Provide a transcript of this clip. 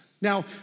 Now